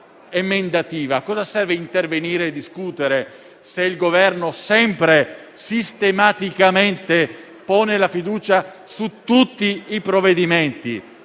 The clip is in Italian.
cosa serve intervenire e discutere, se il Governo sempre e sistematicamente pone la fiducia su tutti i provvedimenti,